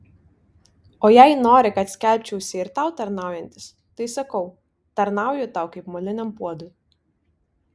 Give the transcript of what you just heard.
o jei nori kad skelbčiausi ir tau tarnaujantis tai sakau tarnauju tau kaip moliniam puodui